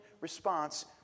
response